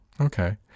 Okay